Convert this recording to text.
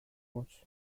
muss